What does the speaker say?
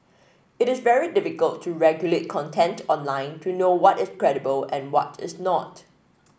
it is very difficult to regulate content online to know what is credible and what is not